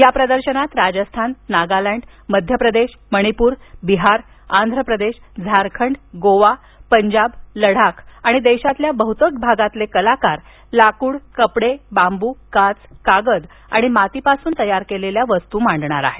या प्रदर्शनात राजस्थान नागालँड मध्य प्रदेश मणिपूर बिहार आंध्र प्रदेश झारखंड गोवा पंजाब लडाख आणि देशातल्या बहुतेक भागांमधले कलाकार हे लाकूड कपडे बांबू काच कागद आणि मातीपासून तयार केलेल्या वस्तू मांडणार आहेत